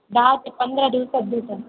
दहा ते पंधरा दिवसात भेटेल